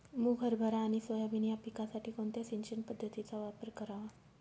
मुग, हरभरा आणि सोयाबीन या पिकासाठी कोणत्या सिंचन पद्धतीचा वापर करावा?